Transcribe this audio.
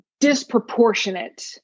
disproportionate